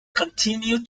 continue